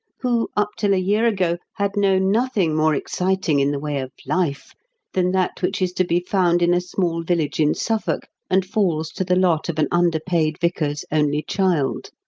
who, up till a year ago, had known nothing more exciting in the way of life than that which is to be found in a small village in suffolk, and falls to the lot of an underpaid vicar's only child.